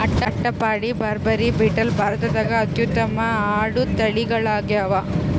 ಅಟ್ಟಪಾಡಿ, ಬಾರ್ಬರಿ, ಬೀಟಲ್ ಭಾರತದಾಗ ಅತ್ಯುತ್ತಮ ಆಡು ತಳಿಗಳಾಗ್ಯಾವ